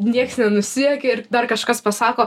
nieks nenusijuokia ir dar kažkas pasako